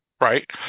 right